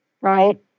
right